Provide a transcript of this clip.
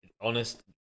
honest